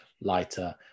lighter